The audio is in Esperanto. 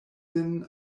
sin